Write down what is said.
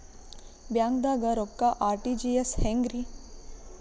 ಬ್ಯಾಂಕ್ದಾಗ ರೊಕ್ಕ ಆರ್.ಟಿ.ಜಿ.ಎಸ್ ಹೆಂಗ್ರಿ?